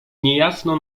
niejasno